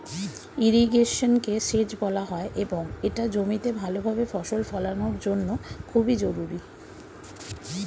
ইরিগেশনকে সেচ বলা হয় এবং এটা জমিতে ভালোভাবে ফসল ফলানোর জন্য খুবই জরুরি